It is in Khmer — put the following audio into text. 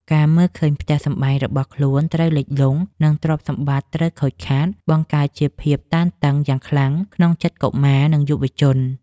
ការមើលឃើញផ្ទះសម្បែងរបស់ខ្លួនត្រូវលិចលង់ និងទ្រព្យសម្បត្តិត្រូវខូចខាត បង្កើតជាភាពតានតឹងយ៉ាងខ្លាំងក្នុងចិត្តកុមារ និងយុវជន។